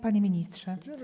Panie Ministrze!